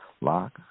Lock